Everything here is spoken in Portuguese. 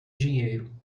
dinheiro